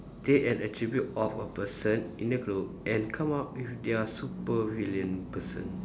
take an attribute of a person in the group and come up with their supervillain person